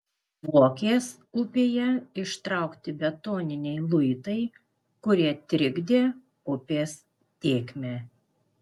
vokės upėje ištraukti betoniniai luitai kurie trikdė upės tėkmę